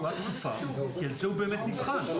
על זה הוא באמת נבחן.